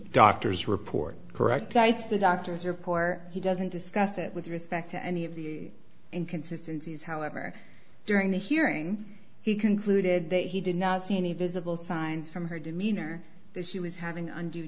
doctor's report correct writes the doctors are poor he doesn't discuss it with respect to any of the inconsistences however during the hearing he concluded that he did not see any visible signs from her demeanor that she was having